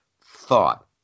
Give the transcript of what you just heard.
thought